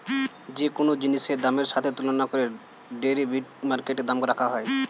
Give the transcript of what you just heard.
যে কোন জিনিসের দামের সাথে তুলনা করে ডেরিভেটিভ মার্কেটে দাম রাখা হয়